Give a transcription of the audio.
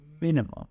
minimum